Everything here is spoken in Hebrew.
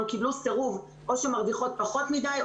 קיבלו סירוב או שהן מרוויחות פחות מדי,